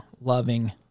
loving